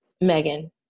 Megan